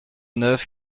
neuf